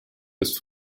des